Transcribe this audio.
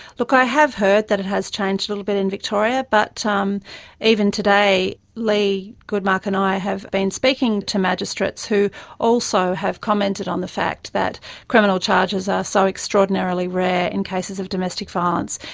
look, i have heard that it has changed a little bit in victoria, but um even today, leigh goodmark and i have been speaking to magistrates who also have commented on the fact that criminal charges are so extraordinarily rare in cases of domestic violence,